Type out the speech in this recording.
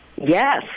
Yes